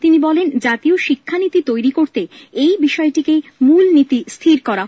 তিনি বলেন জাতীয় শিক্ষানীতি তৈরি করতে এই বিষয়টিকেই মূলনীতি স্থির করা হয়েছে